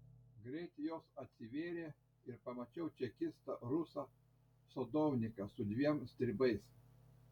greit jos atsivėrė ir pamačiau čekistą rusą sadovniką su dviem stribais